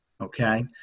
Okay